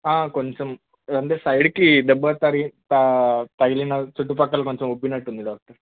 కొంచెం ఏంది సైడ్కి దెబ్బ తగిలిన చుట్టుపక్కల కొంచెం ఉబ్బినట్టు ఉంది డాక్టర్